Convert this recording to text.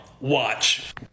Watch